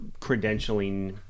credentialing